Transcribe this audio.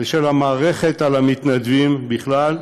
ושל המערכת על המתנדבים בכלל,